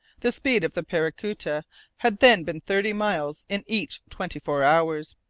the speed of the paracuta had then been thirty miles in each twenty-four hours.